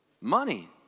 Money